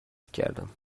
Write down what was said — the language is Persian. میکردم